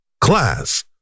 Class